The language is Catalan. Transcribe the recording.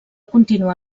continuar